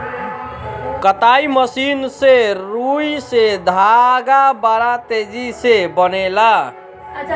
कताई मशीन से रुई से धागा बड़ा तेजी से बनेला